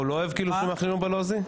הוא לא אוהב שמאחלים לו בלועזי?